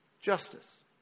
justice